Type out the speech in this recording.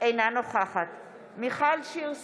אינה נוכחת מיכל שיר סגמן,